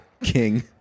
king